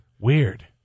Weird